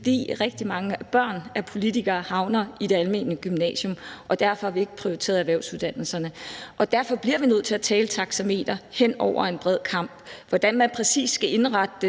fordi rigtig mange børn af politikere havner i det almene gymnasium, og derfor har vi ikke prioriteret erhvervsuddannelserne. Derfor bliver vi nødt til at tale taxameter over en bred kam. Hvordan man præcis skal indrette